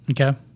Okay